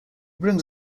brings